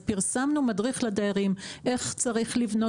פרסמנו מדריך לדיירים איך צריך לבנות